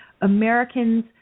Americans